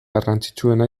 garrantzitsuena